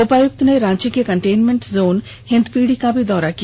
उपायुक्त ने रांची के कंटेनमेंट जोन हिंदपीढ़ी का भी दौरा किया